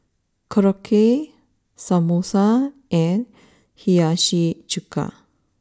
Korokke Samosa and Hiyashi Chuka